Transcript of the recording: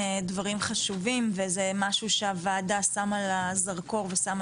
דברים חשובים וזה משהו שהועדה שמה לה זרקור ושמה